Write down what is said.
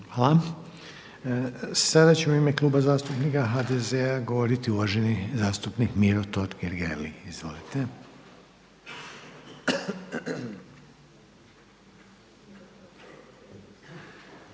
Hvala. Sada će u ime kluba zastupnika HDZ-a govoriti uvaženi zastupnik Miro Totgergeli. Izvolite.